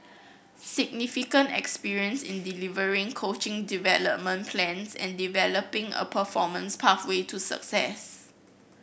significant experience in delivering coaching development plans and developing a performance pathway to success